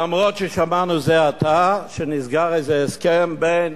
אף ששמענו זה עתה שנסגר איזה הסכם בין